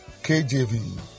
KJV